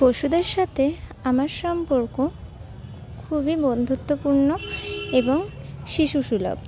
পশুদের সাথে আমার সম্পর্ক খুবই বন্ধুত্বপূর্ণ এবং শিশুসুলভ